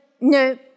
no